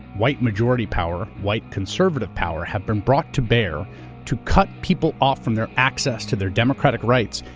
white majority power, white conservative power have been brought to bear to cut people off from their access to their democratic rights,